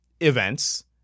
events